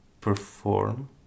perform